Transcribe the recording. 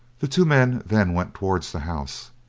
the two men then went towards the house,